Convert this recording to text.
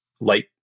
light